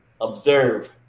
Observe